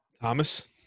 Thomas